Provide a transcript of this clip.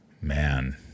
man